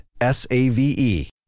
S-A-V-E